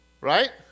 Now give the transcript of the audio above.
Right